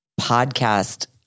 podcast